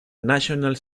national